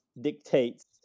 dictates